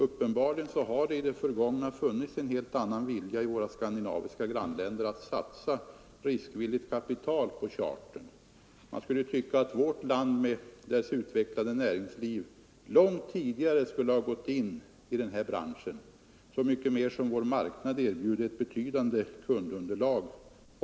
Uppenbarligen har i det förgångna funnits ett helt annat intresse i våra skandinaviska grannländer att satsa riskvilligt kapital på charter. Man skulle kunna tycka att vårt land med dess utvecklade näringsliv långt tidigare borde ha gått in i den här branschen, så mycket mer som vår marknad också erbjuder ett betydande kundunderlag.